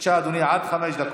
בבקשה, אדוני, עד חמש דקות.